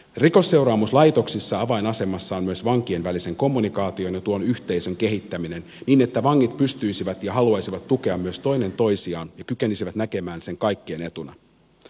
rikosseuraamuslaitoksissa avainasemassa on myös vankien välisen kommunikaation ja tuon yhteisön kehittäminen niin että vangit pystyisivät tukemaan ja haluaisivat tukea myös toinen toisiaan ja kykenisivät näkemään sen kaikkien etuna